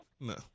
No